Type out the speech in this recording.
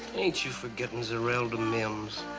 ain't you forgetting zerelda mimms?